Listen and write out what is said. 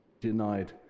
denied